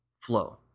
flow